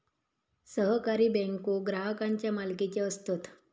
सहकारी बँको ग्राहकांच्या मालकीचे असतत